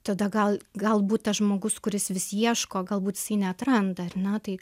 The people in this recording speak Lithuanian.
tada gal galbūt tas žmogus kuris vis ieško galbūt jisai neatranda ar ne tai